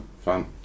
Fun